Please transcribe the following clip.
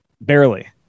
Barely